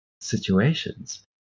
situations